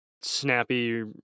snappy